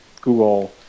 Google